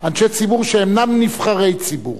אנשי ציבור שאינם נבחרי ציבור.